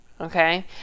Okay